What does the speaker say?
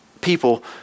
people